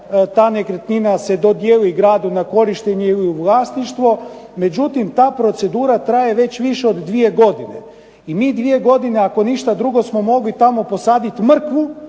ta nekretnina se dodijeli gradu na korištenje ili u vlasništvo. Međutim, ta procedura traje već više od dvije godine. I mi dvije godine ako ništa drugo smo mogli tamo posaditi mrkvu,